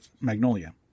Magnolia